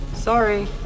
Sorry